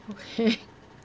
okay